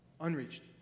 Unreached